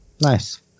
Nice